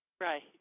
Right